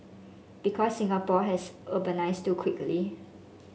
because Singapore has urbanised too quickly